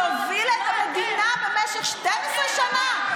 שהובילה את המדינה במשך 12 שנה,